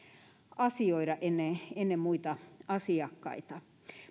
asioida ennen ennen muita asiakkaita